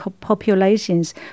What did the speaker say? populations